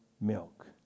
milk